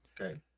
Okay